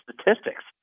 statistics